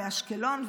באשקלון,